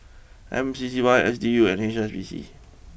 M C C Y S D U and H S B C